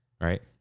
right